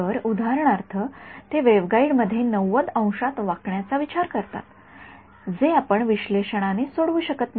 तर उदाहरणार्थ ते वेव्हगाईड मध्ये ९० अंशांत वाकण्याचा विचार करतात जे आपण विश्लेषणाने सोडवू शकत नाही